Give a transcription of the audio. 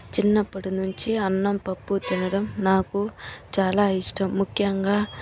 చిన్నప్పటినుంచి అన్నం పప్పు తినడం నాకు చాలా ఇష్టం ముఖ్యంగా